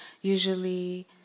usually